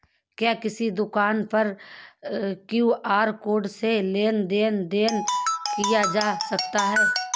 क्या किसी दुकान पर क्यू.आर कोड से लेन देन देन किया जा सकता है?